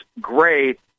great